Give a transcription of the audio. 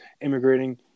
immigrating